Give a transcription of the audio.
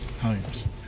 homes